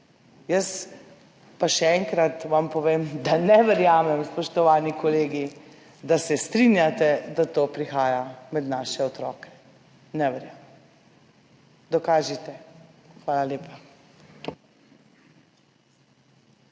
Jaz pa vam še enkrat povem, da ne verjamem, spoštovani kolegi, da se strinjate, da to pride med naše otroke. Ne verjamem. Dokažite! Hvala lepa.